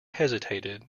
hesitated